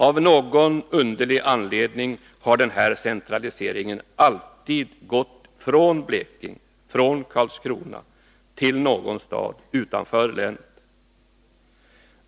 Av någon underlig anledning har den här centraliseringen alltid gått från Blekinge, från Karlskrona, till någon stad utanför länet.